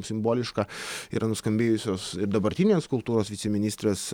simboliška yra nuskambėjusios ir dabartinės kultūros viceministrės